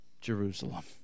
Jerusalem